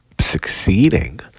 succeeding